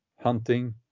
hunting